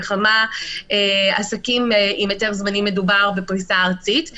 בכמה עסקים עם היתר זמני מדובר בפריסה ארצית.